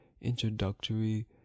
introductory